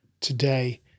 today